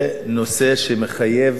זה נושא שמחייב